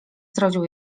zrodził